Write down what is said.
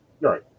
Right